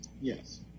Yes